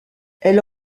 elle